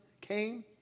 came